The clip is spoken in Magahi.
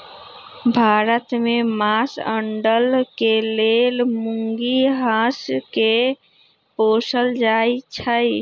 भारत में मास, अण्डा के लेल मुर्गी, हास के पोसल जाइ छइ